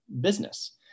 business